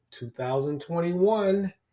2021